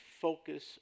focus